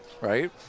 right